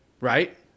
right